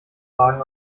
wagen